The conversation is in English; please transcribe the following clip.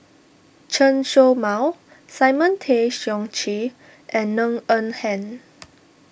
Chen Show Mao Simon Tay Seong Chee and Ng Eng Hen